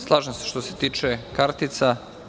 Slažem se, što se tiče kartica.